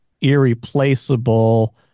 irreplaceable